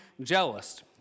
jealous